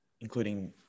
including